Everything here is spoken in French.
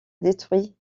détruit